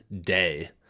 day